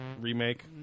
Remake